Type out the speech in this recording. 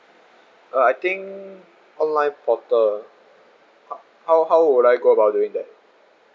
uh I think online portal how how would I go about doing that